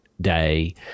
day